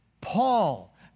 Paul